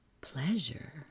pleasure